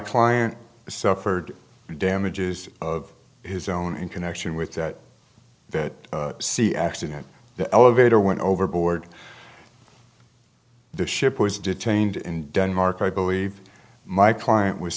client has suffered damages of his own in connection with that that see accident the elevator went overboard the ship was detained in denmark i believe my client was